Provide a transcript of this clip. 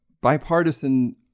Bipartisan